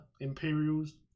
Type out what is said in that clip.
Imperials